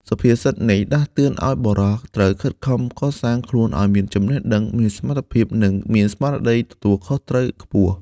សុភាសិតនេះដាស់តឿនឱ្យបុរសត្រូវខិតខំកសាងខ្លួនឱ្យមានចំណេះដឹង មានសមត្ថភាព និងមានស្មារតីទទួលខុសត្រូវខ្ពស់។